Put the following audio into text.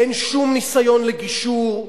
אין שום ניסיון לגישור.